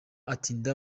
utinda